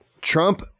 Trump